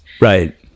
Right